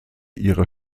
ihre